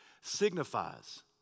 signifies